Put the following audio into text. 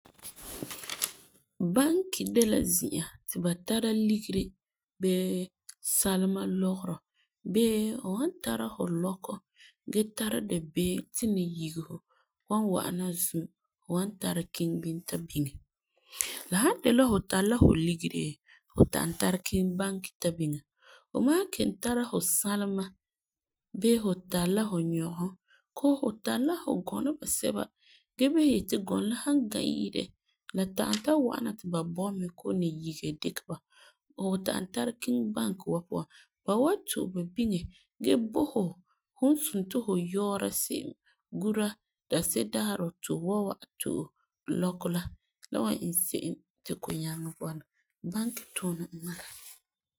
Banki de la zi'an ti ba tara ligeri bee salema lɔgerɔ bee fu san tara fu lɔkɔ gee tara dabeem ti nayigesi wan wa'ana zu hu, fu wan tara kiŋɛ bini ta biŋɛ. La san de la fu tari la fu ligeri fu ta'am tari kiŋɛ banki ta biŋɛ fu san kelum tara fu salema bee fu tari la fu gɔŋɔ basɛba gee bisɛ yeti gɔŋɔ la la san gã yire la ta'am tari ta wa'ana ti ba bɔ mɛ bee nayigesi dikɛ ba hu ta'am tari kiŋɛ banki puan. Ba wan to'e ba biŋɛ gee bo fu fum ti fu yuura guta daansedaarɛ ti fu wan wa'ana to'e lɔkɔ la la wan iŋɛ se'em ti ko nyaŋɛ bɔna. Banki tuunɛ n bala.